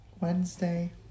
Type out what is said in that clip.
Wednesday